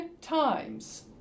times